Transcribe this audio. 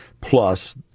Plus